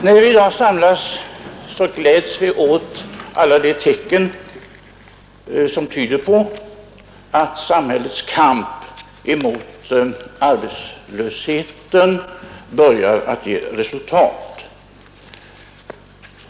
När vi i dag samlas gläds vi åt alla de tecken som tyder på att samhällets kamp emot arbetslösheten börjar ge resultat.